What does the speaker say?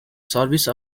service